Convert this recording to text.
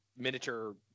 miniature